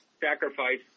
sacrifice